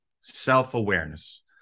self-awareness